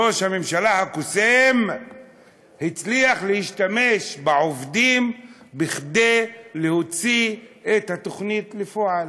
ראש הממשלה הקוסם הצליח להשתמש בעובדים כדי להוציא את התוכנית לפועל,